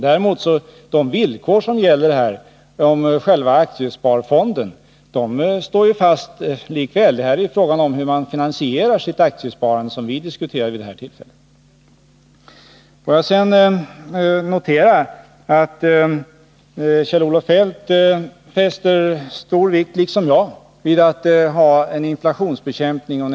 Däremot står de villkor som gäller för aktiesparfonden fast. Det var ju frågan om hur man skulle finansiera sitt aktiesparande som vi diskuterade vid det tillfället. Jag noterar att Kjell-Olof Feldt, liksom jag, fäster stor vikt vid att ha en effektiv inflationsbekämpning.